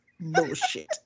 bullshit